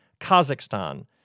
Kazakhstan